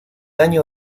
año